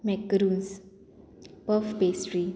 macaroons puff pastry